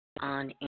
on